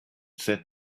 set